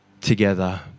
together